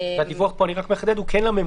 אני רק רוצה לחדד שהדיווח פה הוא כן לממונה.